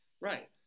Right